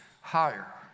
higher